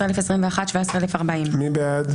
16,721 עד 16,740. מי בעד?